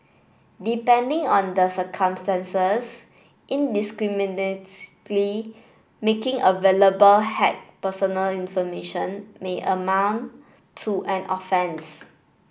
depending on the circumstances indiscriminately making available hacked personal information may amount to an offence